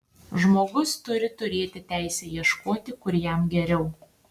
žmogus turi turėti teisę ieškoti kur jam geriau